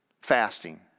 fasting